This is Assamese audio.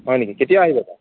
হয় নেকি কেতিয়া আহিবা বাৰু